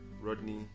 rodney